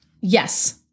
yes